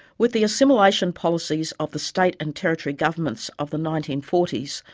with the assimilation policies of the state and territory governments of the nineteen forty s,